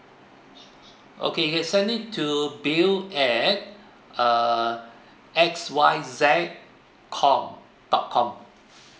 okay you can send it to bill at err X Y Z com dot com